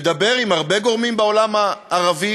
מדבר עם הרבה גורמים בעולם הערבי